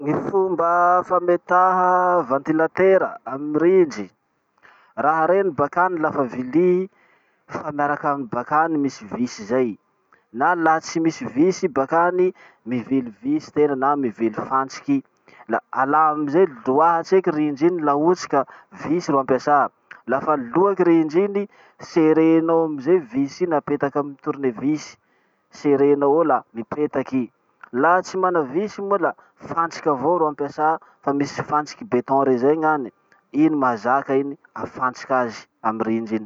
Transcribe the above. Gny fomba fametaha vantilatera amy rindry. Raha reny bakany lafa vily, fa miaraky aminy bakany misy vis zay. Na laha tsy misy vis i bakany, mivily vis tena na mivily fantsiky. La alà amizay, loahy tseky rindry iny laha ohatsy ka vis ro ampiasà. Fa loaky rindry iny, serenao amizay vis iny apetaky amy tournevis, serenao eo la mipetaky i. Laha tsy mana vis moa la, fantsiky avao ro ampiasà, fa misy fantsiky beton rey zay gn'any. Iny mahazaka iny, mahafantsiky azy amy rindry iny.